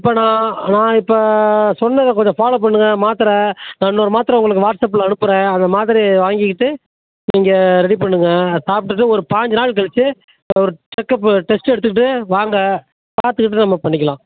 இப்போ நான் நான் இப்போ சொன்னதை கொஞ்சம் ஃபாலோ பண்ணுங்கள் மாத்திரை நான் இன்னொரு மாத்திரை உங்களுக்கு வாட்ஸ்அப்பில் அனுப்புகிறேன் அந்த மாத்திரைய வாங்கிக்கிட்டு நீங்க ரெடி பண்ணுங்கள் சாப்பிடுட்டு ஒரு பாஞ்சு நாளு கழிச்சு ஒரு செக் அப் டெஸ்ட் எடுத்துகிட்டு வாங்க பார்த்துக்கிட்டு நம்ப பண்ணிக்கலாம்